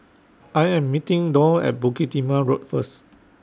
I Am meeting Doll At Bukit Timah Road First